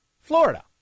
Florida